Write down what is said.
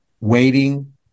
waiting